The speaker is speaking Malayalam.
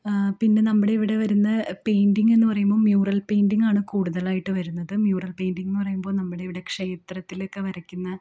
പിന്നെ നമ്മടെ ഇവിടെ വരുന്ന പെയിൻറ്റിങ് എന്നു പറയുമ്പം മ്യൂറൽ പെയിൻറിങ്ങാണ് കൂടുതലായിട്ടു വരുന്നത് മ്യൂറൽ പെയിൻറ്റിങ്ങെന്നു പറയുമ്പോൾ നമ്മുടിവിടെ ക്ഷേത്രത്തിലൊക്കെ വരയ്ക്കുന്ന